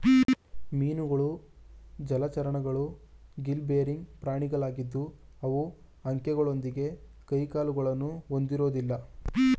ಮೀನುಗಳು ಜಲಚರಗಳು gill bearing ಪ್ರಾಣಿಗಳಾಗಿದ್ದು ಅವು ಅಂಕೆಗಳೊಂದಿಗೆ ಕೈಕಾಲುಗಳನ್ನು ಹೊಂದಿರೋದಿಲ್ಲ